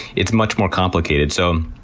it's much more complicated. so,